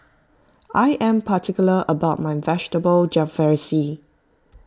I am particular about my Vegetable Jalfrezi